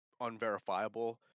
unverifiable